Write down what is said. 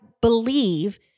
believe